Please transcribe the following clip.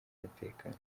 umutekano